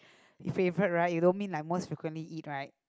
favourite right you don't mean like most frequently eat right